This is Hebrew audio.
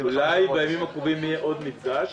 אולי בימים הקרובים יהיה עוד מפגש.